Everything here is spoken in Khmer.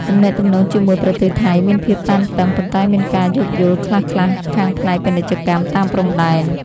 ទំនាក់ទំនងជាមួយប្រទេសថៃមានភាពតានតឹង ប៉ុន្តែមានការយោគយល់ខ្លះៗខាងផ្នែកពាណិជ្ជកម្មតាមព្រំដែន។